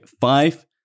five